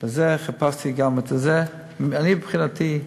חיפשתי גם את זה, אני, מבחינתי,